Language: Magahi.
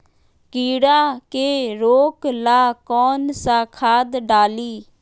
कीड़ा के रोक ला कौन सा खाद्य डाली?